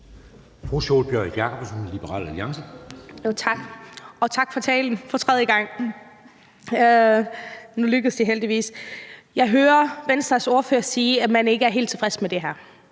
– for tredje gang! Nu lykkedes det heldigvis. Jeg hører Venstres ordfører sige, at man ikke er helt tilfreds med det her.